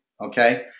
okay